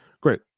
great